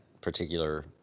particular